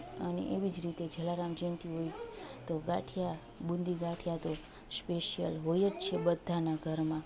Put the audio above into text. અને એવી જ રીતે જલારામ જયંતી હોય તો ગાંઠિયા બુંદી ગાંઠિયા તો સ્પેશિયલ હોય જ છે બધાના ઘરમાં